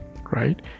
right